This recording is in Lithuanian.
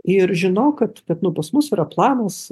ir žinok kad kad nu pas mus yra planas